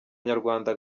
nyarwanda